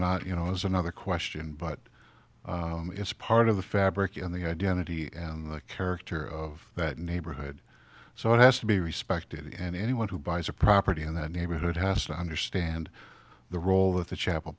not you know is another question but it's part of the fabric and the identity and the character of that neighborhood so it has to be respected and anyone who buys a property in that neighborhood has to understand the role that the chapel